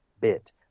bit